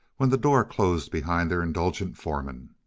when the door closed behind their indulgent foreman.